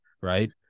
right